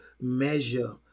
measure